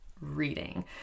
reading